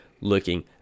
looking